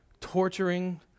torturing